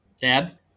Dad